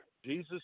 Jesus